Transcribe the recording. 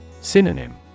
Synonym